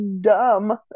dumb